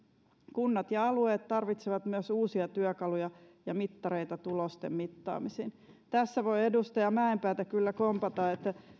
kunnat ja alueet tarvitsevat myös uusia työkaluja ja mittareita tulosten mittaamiseen tässä voi edustaja mäenpäätä kyllä kompata että